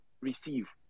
receive